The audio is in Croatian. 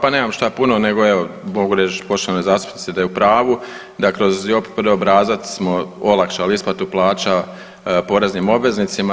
Pa nemam šta puno nego evo mogu reći poštovanoj zastupnici da je u pravu, dakle uz JOPPD obrazac smo olakšali isplatu plaća poreznim obveznicima.